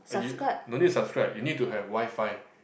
uh no need subscribe you need to have WiFi